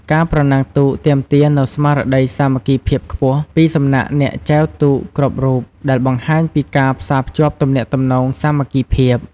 ការប្រណាំងទូកទាមទារនូវស្មារតីសាមគ្គីភាពខ្ពស់ពីសំណាក់អ្នកចែវទូកគ្រប់រូប ដែលបង្ហាញពីការផ្សារភ្ជាប់ទំនាក់ទំនងសាមគ្គីភាព ។